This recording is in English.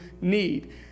need